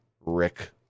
Rick